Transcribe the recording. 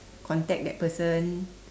contact that person